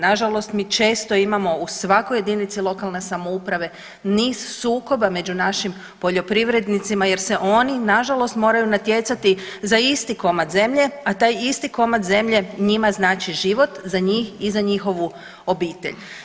Na žalost mi često imamo u svakoj jedinici lokalne samouprave niz sukoba među našim poljoprivrednicima jer se oni na žalost moraju natjecati za isti komad zemlje, a taj isti komad zemlje njima znači život za njih i za njihovu obitelj.